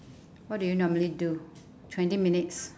what do you normally do twenty minutes